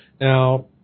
Now